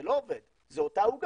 זה לא עובד, זו אותה עוגה.